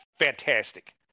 fantastic